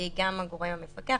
שהיא גם הגורם המפקח,